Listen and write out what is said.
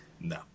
No